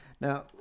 now